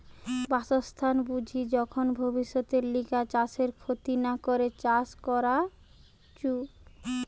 বাসস্থান বুঝি যখন ভব্যিষতের লিগে চাষের ক্ষতি না করে চাষ করাঢু